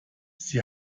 sie